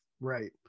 right